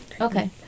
Okay